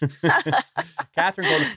Catherine